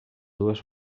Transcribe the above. dues